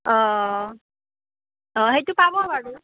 অঁ অঁ অঁ সেইটো পাব বাৰু